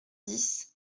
dix